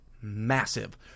massive